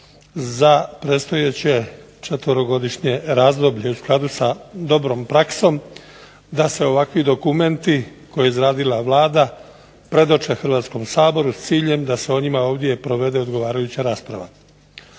za predstojeće 4-godišnje razdoblje u skladu sa dobrom praksom da se ovakvi dokumenti koje je izradila Vlada predoče Hrvatskom saboru s ciljem da se o njima ovdje provede odgovarajuća rasprava.